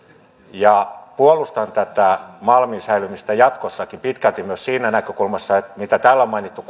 puolustan tätä malmin säilymistä jatkossakin pitkälti myös siitä näkökulmasta mitä täällä on mainittu